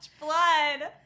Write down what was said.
blood